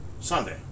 Sunday